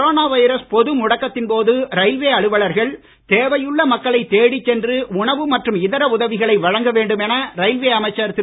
corona virus பொது முடக்கத்தின் போது ரயில்வே அலுவலகர்கள் தேவையுள்ள மக்களைத் தேடிச் சென்று உணவு மற்றும் இதர உதவிகளை வழங்க வேண்டும் என ரயில்வே அமைச்சர் திரு